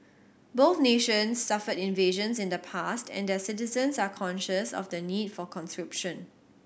both nations suffered invasions in the past and their citizens are conscious of the need for conscription